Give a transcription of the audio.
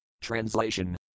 Translation